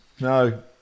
No